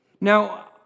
Now